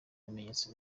bimenyetso